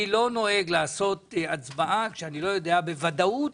אני לא נוהג לעשות הצבעה כשאני לא יודע בוודאות